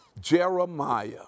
Jeremiah